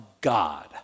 God